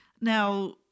Now